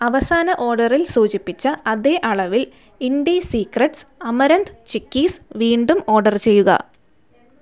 അവസാന ഓഡറിൽ സൂചിപ്പിച്ച അതേ അളവിൽ ഇൻഡിസീക്രെറ്റ്സ് അമരന്ത് ചിക്കിസ് വീണ്ടും ഓർഡർ ചെയ്യുക